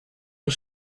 was